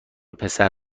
پسر